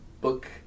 book